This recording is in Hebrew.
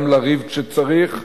גם לריב כשצריך,